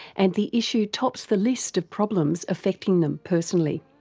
and the issue tops the list of problems affecting them personally.